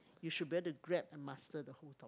you should better to grab and master the whole top